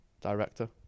director